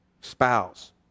spouse